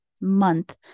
month